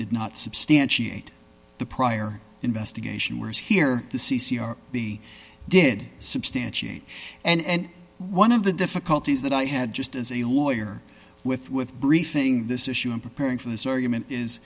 did not substantiate the prior investigation whereas here the c c r he did substantiate and one of the difficulties that i had just as a lawyer with with briefing this issue in preparing for this argument is